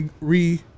re